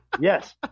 Yes